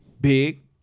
Big